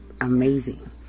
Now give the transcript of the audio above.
amazing